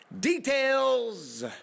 Details